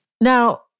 Now